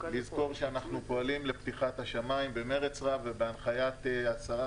לזכור שאנחנו פועלים לפתיחת השמיים במרץ רב ובהנחיית השרה,